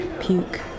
Puke